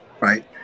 right